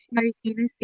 Marikina